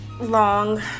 long